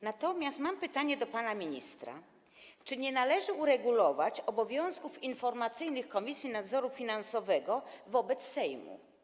Natomiast mam pytanie do pana ministra: Czy nie należy uregulować obowiązków informacyjnych Komisji Nadzoru Finansowego wobec Sejmu?